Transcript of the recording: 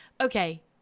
okay